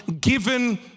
given